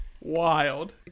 Wild